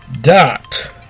dot